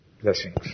blessings